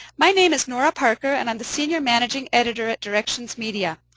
my name is nora parker, and i'm the senior managing editor at directions media.